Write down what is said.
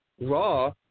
Raw